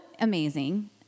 amazing